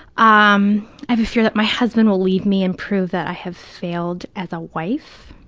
ah um i have a fear that my husband will leave me and prove that i have failed as a wife.